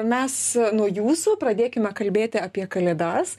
mes nuo jūsų pradėkime kalbėti apie kalėdas